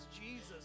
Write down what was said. Jesus